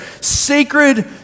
sacred